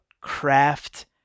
craft